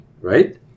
right